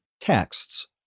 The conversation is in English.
texts